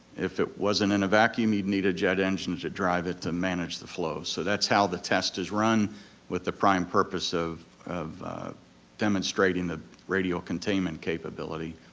if it wasn't in a vacuum you'd need a jet engine to drive it to manage the flow, so that's how the test is run with the prime purpose of of demonstrating the radial containment capability.